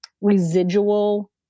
residual